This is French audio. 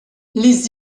les